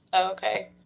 Okay